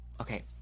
okay